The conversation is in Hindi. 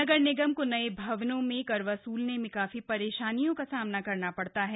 नगर निगम को नए भवनों में कर वसूलने में काफी परेशानियों का सामना करना पड़ता है